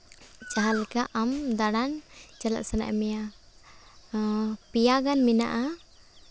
ᱡᱟᱦᱟᱸᱞᱮᱠᱟ ᱟᱢ ᱫᱟᱬᱟᱱ ᱪᱟᱞᱟᱜ ᱥᱟᱱᱟᱭᱮᱫ ᱢᱮᱭᱟ ᱯᱮᱭᱟ ᱜᱟᱱ ᱢᱮᱱᱟᱜᱼᱟ